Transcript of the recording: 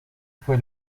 fue